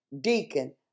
deacon